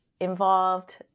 involved